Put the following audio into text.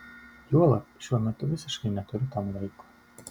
juolab šiuo metu visiškai neturiu tam laiko